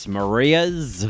Marias